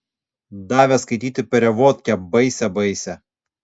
davė skaityti perevodkę baisią baisią